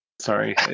Sorry